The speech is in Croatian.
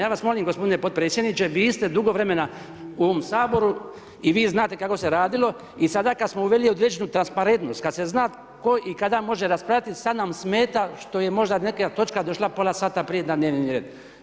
Ja vas molim g. potpredsjedniče, vi ste dugo vremena u ovom Saboru i vi znate kako se radilo i sada kada smo uveli određenu transparentnost, kada se zna tko i kada može raspravljati, sada nam smeta što je možda točka došla pola sata prije na dnevni red.